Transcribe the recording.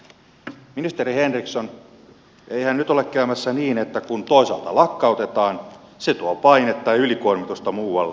ministeri henriksson eihän nyt ole käymässä niin että kun toisaalta lakkautetaan se tuo painetta ja ylikuormitusta muualle